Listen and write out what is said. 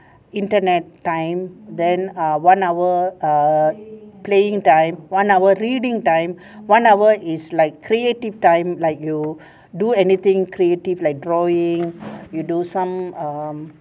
internet time then err one hour err playing time one hour reading time one hour is like creative time like you do anything creative like drawing you do some um um